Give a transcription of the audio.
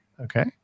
Okay